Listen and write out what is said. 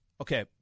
Okay